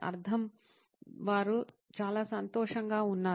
అర్థం వారు చాలా సంతోషంగా ఉన్నారు